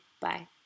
Bye